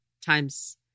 times